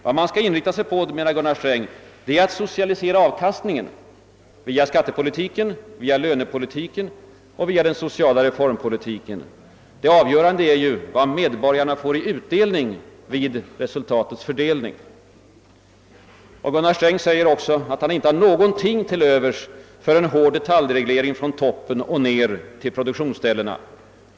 Vad man skall inrikta sig på, menar Gunnar Sträng, är att socialisera avkastningen — via skattepolitiken, via lönepolitiken och via den sociala reformpolitiken. Det avgörande är vad medborgarna får i utdelning vid resultatets fördelning. Gunnar Sträng säger också ait han inte har någonting till övers för en hård detaljreglering från toppen och ned till produktionsställena.